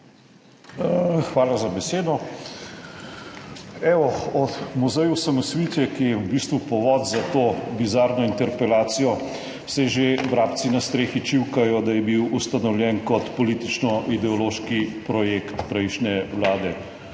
hvala za besedo. Od muzeja osamosvojitve, ki je v bistvu povod za to bizarno interpelacijo, saj že vrabci na strehi čivkajo, da je bil ustanovljen kot politično-ideološki projekt prejšnje vlade,